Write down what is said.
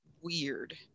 weird